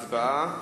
הצבעה.